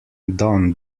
don